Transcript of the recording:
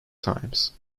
times